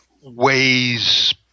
ways